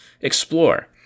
Explore